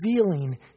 revealing